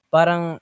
Parang